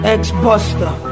Ex-buster